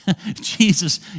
Jesus